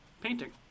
painting